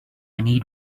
need